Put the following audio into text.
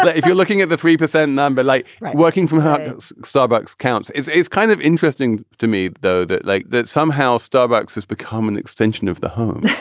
and if you're looking at the three percent number, like working from hartnett's starbucks counts, it's it's kind of interesting to me, though, that like that somehow starbucks has become an extension of the home.